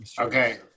Okay